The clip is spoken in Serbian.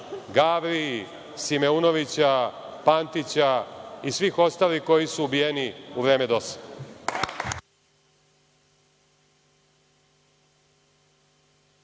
Gavri, Simeunovića, Pantića i svih ostalih koji su ubijeni u vreme DOS-a.